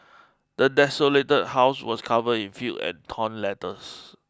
the desolated house was covered in filth and torn letters